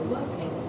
working